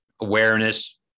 awareness